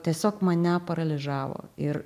tiesiog mane paralyžiavo ir